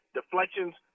deflections